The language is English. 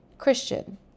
Christian